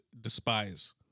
despise